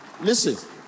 Listen